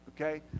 Okay